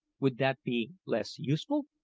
would that be less useful?